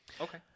Okay